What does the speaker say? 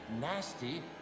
nasty